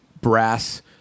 brass